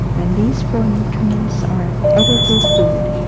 and these four nutriments are edible food,